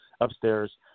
upstairs